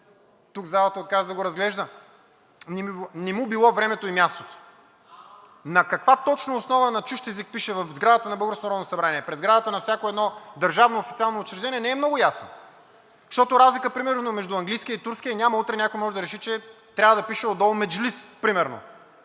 Тук залата отказа да го разглежда – не му било времето и мястото. На каква точно основа на чужд език пише в сградата на българското Народно събрание, пред сградата на всяко едно държавно официално учреждение не е много ясно? Защото разлика примерно между турския и английския няма. Утре някой може да реши, че трябва да пише отдолу „Меджилис“, примерно,